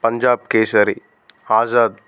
Punjab Kesari Azad